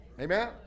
Amen